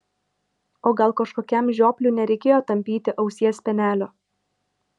o gal kažkokiam žiopliui nereikėjo tampyti ausies spenelio